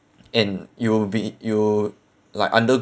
and you'll be you'll like undergo